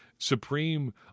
supreme